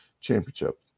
championship